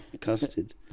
custard